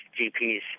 GPs